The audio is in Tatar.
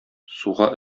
суга